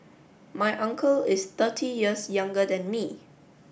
my uncle is thirty years younger than me